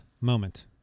moment